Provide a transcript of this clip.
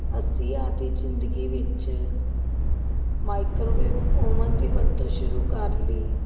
ਅਸੀਂ ਆਪਣੀ ਜ਼ਿੰਦਗੀ ਵਿੱਚ ਮਾਈਕਰੋਵੇਵ ਓਵਨ ਦੀ ਵਰਤੋਂ ਸ਼ੁਰੂ ਕਰ ਲਈ